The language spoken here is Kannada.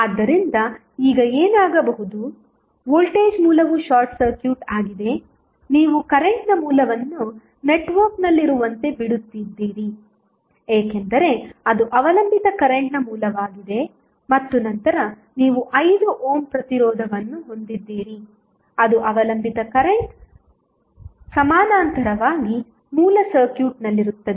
ಆದ್ದರಿಂದ ಈಗ ಏನಾಗಬಹುದು ವೋಲ್ಟೇಜ್ ಮೂಲವು ಶಾರ್ಟ್ ಸರ್ಕ್ಯೂಟ್ ಆಗಿದೆ ನೀವು ಕರೆಂಟ್ನ ಮೂಲವನ್ನು ನೆಟ್ವರ್ಕ್ನಲ್ಲಿರುವಂತೆ ಬಿಡುತ್ತಿದ್ದೀರಿ ಏಕೆಂದರೆ ಅದು ಅವಲಂಬಿತ ಕರೆಂಟ್ನ ಮೂಲವಾಗಿದೆ ಮತ್ತು ನಂತರ ನೀವು 5 ಓಮ್ ಪ್ರತಿರೋಧವನ್ನು ಹೊಂದಿದ್ದೀರಿ ಅದು ಅವಲಂಬಿತ ಕರೆಂಟ್ ಸಮಾನಾಂತರವಾಗಿ ಮೂಲ ಸರ್ಕ್ಯೂಟ್ನಲ್ಲಿರುತ್ತದೆ